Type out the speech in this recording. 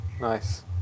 Nice